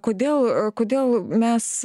kodėl kodėl mes